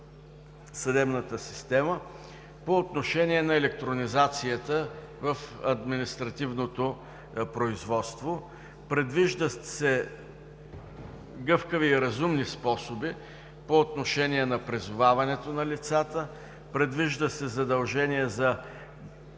съдебната система по отношение на електронизацията в административното производство. Предвиждат се гъвкави и разумни способи по отношение на призоваването на лицата, предвижда се задължение за